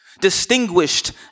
distinguished